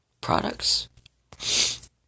Products